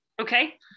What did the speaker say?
okay